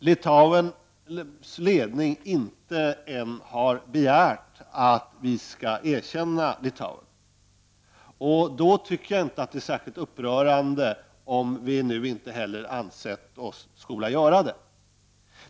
Litauens ledning har inte än begärt att vi skall erkänna Litauen. Då tycker jag inte att det är särskilt upprörande om vi nu inte heller ansett oss skola göra det.